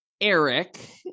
Eric